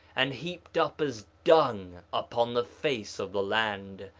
and heaped up as dung upon the face of the land.